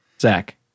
zach